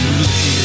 leave